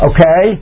Okay